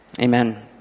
Amen